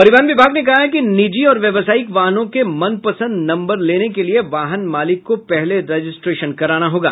परिवहन विभाग ने कहा है कि निजी और व्यवसायिक वाहनों के मन पसंद नम्बर लेने के लिये वाहन मालिक को पहले रजिस्ट्रेशन कराना होगा